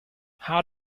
how